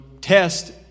test